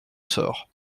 sort